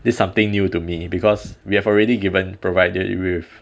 this is something new to me because we have already given provided you with